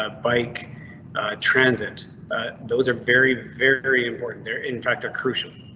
ah bike transit those are very, very very important there. in fact, a crucial.